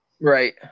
Right